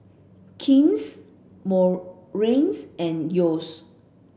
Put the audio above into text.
King's Morries and Yeo's